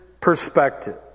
perspective